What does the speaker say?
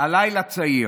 הלילה צעיר.